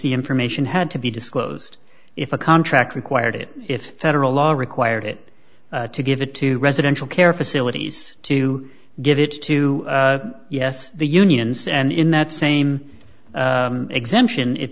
the information had to be disclosed if a contract required it if federal law required it to give it to residential care facilities to give it to yes the unions and in that same exemption it